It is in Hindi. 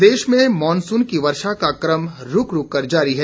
मौसम प्रदेश में मानसून की वर्षा का कम रूक रूककर जारी है